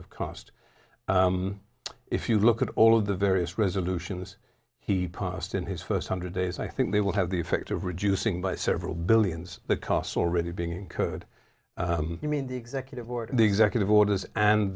of cost if you look at all of the various resolutions he passed in his first hundred days i think they will have the effect of reducing by several billions the costs already being incurred i mean the executive order the executive orders and